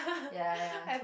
ya ya true